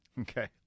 Okay